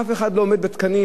אף אחד לא עומד בתקנים,